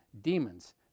demons